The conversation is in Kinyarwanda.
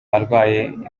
barwayi